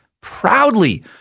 proudly